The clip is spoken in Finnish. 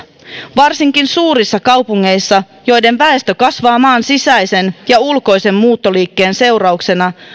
varsinkin suurissa kaupungeissa joiden väestö kasvaa maan sisäisen ja ulkoisen muuttoliikkeen seurauksena